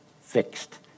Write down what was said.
Fixed